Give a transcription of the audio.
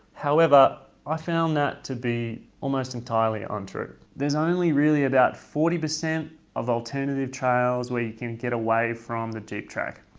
however, i found that to be almost entirely untrue. there's only really about forty percent of alternative trails where you can get away from the jeep track,